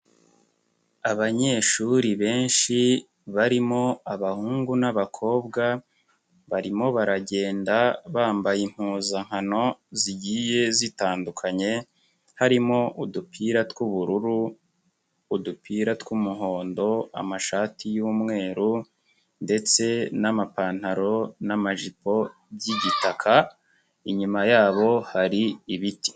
Abanyeshuri benshi barimo abahungu n'abakobwa barimo baragenda bambaye impuzankano zigiye zitandukanye, harimo udupira tw'ubururu, udupira tw'umuhondo, amashati y'umweru ndetse n'amapantaro n'amajipo by'igitaka, inyuma yabo hari ibiti.